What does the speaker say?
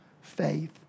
faith